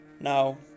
now